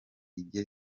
jye